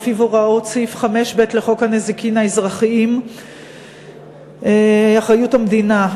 שלפיה הוראת סעיף 5ב לחוק הנזיקים האזרחיים (אחריות המדינה),